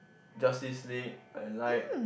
Justice-League I like